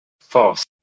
false